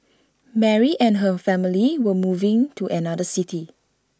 Mary and her family were moving to another city